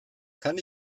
kann